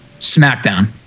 SmackDown